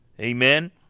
Amen